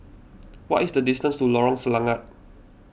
what is the distance to Lorong Selangat